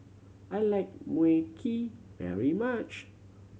I like Mui Kee very much